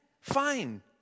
fine